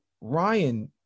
Ryan